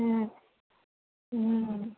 ம் ம்